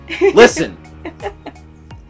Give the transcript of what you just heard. listen